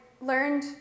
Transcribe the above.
learned